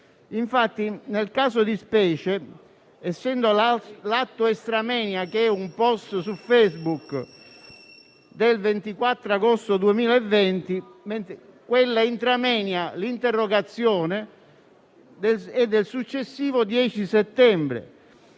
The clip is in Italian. Infatti, nel caso di specie, l'atto *extra moenia* è un *post* su Facebook del 24 agosto 2020 e quello *intra moenia* è un'interrogazione del successivo 10 settembre.